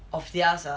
of theirs ah